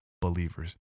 believers